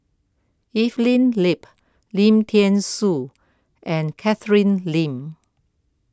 Evelyn Lip Lim thean Soo and Catherine Lim